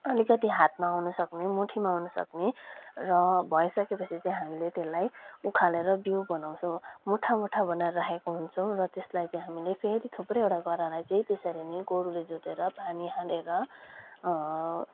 अलिकति हातमा आउन सक्ने मुठीमा आउन सक्ने र भइसकेपछि चाहिँ हामीले त्यसलाई उखालेर बिउ बनाउँछौँ मुठा मुठा बनाएर राखेको हुन्छौँ र त्यसलाई चाहिँ हामीले फेरि थुप्रैवटा गरालाई चाहिँ त्यसरी नै गोरूले जोतेर पानी हालेर